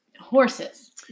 horses